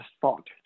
thought